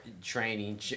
training